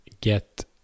get